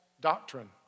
doctrine